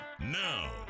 Now